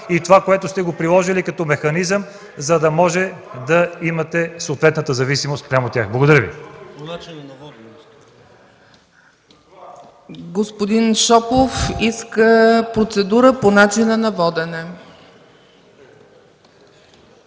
и това, което сте приложили като механизъм, за да може да имате съответната зависимост, спрямо тях. Благодаря Ви.